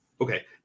Okay